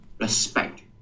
respect